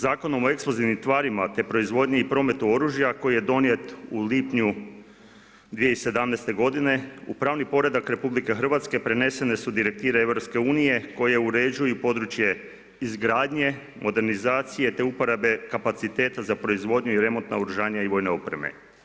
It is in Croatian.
Zakonom o eksplozivnim tvarima, te proizvodnji i prometu oružja koji je donijet u lipnju 2017. godine u pravni poredak RH prenesene su direktive EU koje uređuju područje izgradnje, modernizacije, te uporabe kapaciteta za proizvodnju i remont naoružanja i vojne opreme.